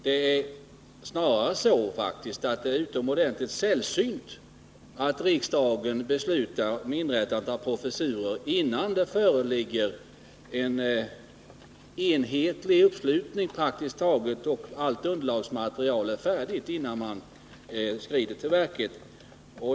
Det är faktiskt snarare så att det är utomordentligt sällsynt att riksdagen beslutar om inrättandet av professurer innan det föreligger en praktiskt taget enhetlig uppslutning och allt underlagsmaterial är färdigt.